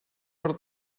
per